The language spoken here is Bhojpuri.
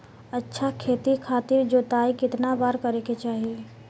अच्छा खेती खातिर जोताई कितना बार करे के चाही?